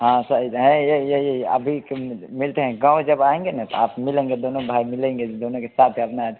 हाँ सर हाँ यही यही यही अभी के मिलते हैं गाँव जब आएंगे ना तो आप मिलेंगे दोनों भाई मिलेंगे दोनों के साथ अपना